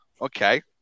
okay